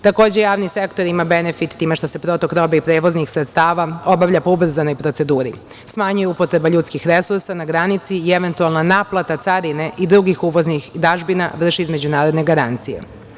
Takođe, javni sektor ima benefit time što se protok robe i prevoznih sredstava obavlja po ubrzanoj proceduru, smanjuje upotreba ljudskih resursa na granici i eventualna naplata carine i drugih uvoznih dažbina vrši između narodne garancije.